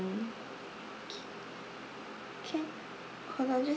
okay can hold on just